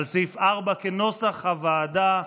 על סעיף 4, כנוסח הוועדה.